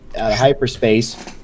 hyperspace